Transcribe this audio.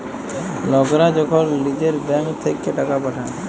লকরা যখল লিজের ব্যাংক থ্যাইকে টাকা পাঠায়